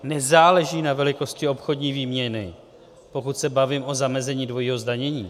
Nezáleží na velikosti obchodní výměny, pokud se bavím o zamezení dvojího zdanění.